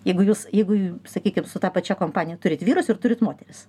jeigu jūs jeigu sakykim su ta pačia kompanija turit vyrus ir turit moteris